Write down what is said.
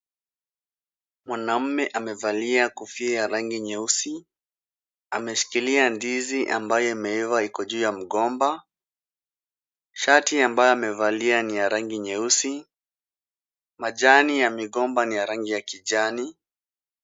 Mwanamume amevalia kofia ya rangi nyeusi. Ameshikilia ndizi ambayo imeiva iko juu ya mgomba. Shati ambayo amevalia ni ya rangi nyeusi. Majani ya migomba ni ya rangi ya kijani.